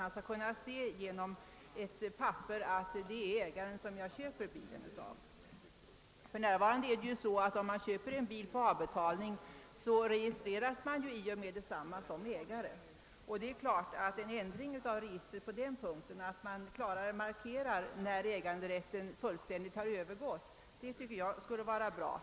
Han skulle med hjälp av ett papper kunna se att det är ägaren som säljer bilen. Om man för närvarande köper en bil på avbetalning, registreras man omedelbart som ägare. En ändring av registret på den punkten så att det klarare markeras, när äganderätten fullständigt övergått, skulle enligt min mening vara bra.